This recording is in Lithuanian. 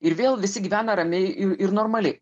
ir vėl visi gyvena ramiai ir normaliai